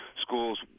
schools